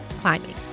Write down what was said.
climbing